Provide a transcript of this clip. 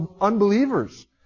unbelievers